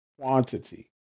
quantity